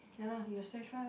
ya lah you got stage fright lah